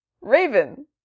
Raven